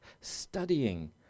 studying